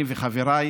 אני וחבריי